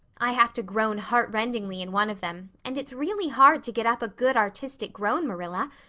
i have to groan heartrendingly in one of them, and it's really hard to get up a good artistic groan, marilla.